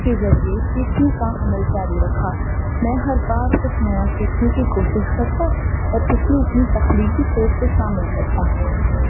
کے ذریعے سیکھنے کا عمل جاری رکھا میں ہر بار کچھ نیا سیکھنے کی کوشش کرتا اور اس میں اپنی تخلیقی سوچ کو شامل کرتا